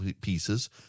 pieces